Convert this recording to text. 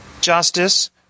justice